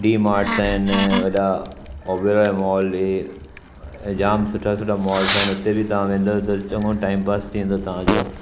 डीमाट्स आहिनि ऐं वॾा ऑबरोए मॉल इहे ऐं जाम सुठा सुठा मॉल्स आहिनिउते बि तां वेंदो त चङो टाइम पास थी वेंदो तव्हांजो